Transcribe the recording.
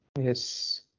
Yes